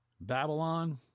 Babylon